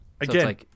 Again